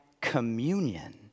communion